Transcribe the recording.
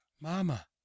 mama